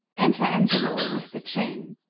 enter angelo with the chain